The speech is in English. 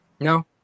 No